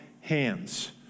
hands